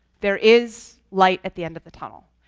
there is light at the end of the tunnel,